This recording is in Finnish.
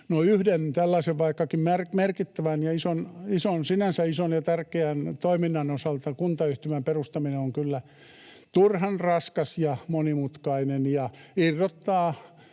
vaikkakin merkittävän ja sinänsä ison ja tärkeän, toiminnan osalta kuntayhtymän perustaminen on kyllä turhan raskas ja monimutkainen ja irrottaa